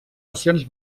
nacions